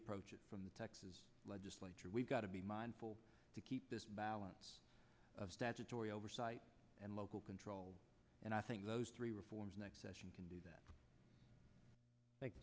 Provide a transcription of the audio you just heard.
approach it from the texas legislature we've got to be mindful to keep this balance of statutory oversight and local control and i think those three reforms next session can do that